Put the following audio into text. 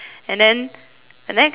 the next time